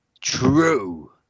true